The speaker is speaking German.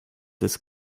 des